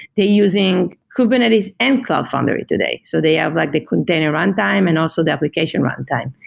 they're using kubernetes and cloud foundry today. so they have like the container runtime and also the application runtime.